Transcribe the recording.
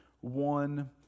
one